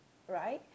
right